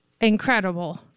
incredible